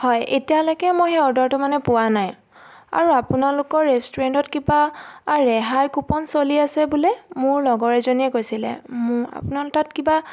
হয় এতিয়ালৈকে মই সেই অৰ্ডাৰটো মানে পোৱা নাই আৰু আপোনালোকৰ ৰেষ্টুৰেণ্টত কিবা ৰেহাই কুপন চলি আছে বোলে মোৰ লগৰ এজনীয়ে কৈছিলে মো আপোনাৰ তাত কিবা